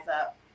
up